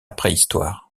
préhistoire